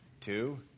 Two